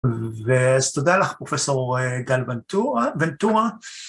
ו... אז תודה לך פרופסור גל ונטורה, ונטורה.